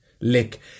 lick